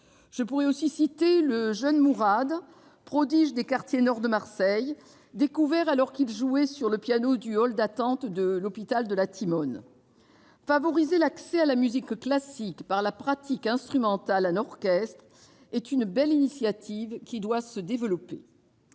Je pourrais citer le jeune Mourad, prodige des quartiers nord de Marseille, découvert alors qu'il jouait sur le piano du hall d'attente de l'hôpital de la Timone. Favoriser l'accès à la musique classique par la pratique instrumentale en orchestre est une belle initiative qui doit se développer.